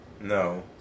No